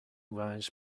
wise